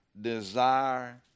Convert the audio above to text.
desire